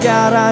God